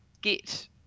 get